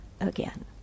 again